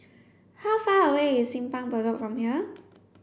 how far away is Simpang Bedok from here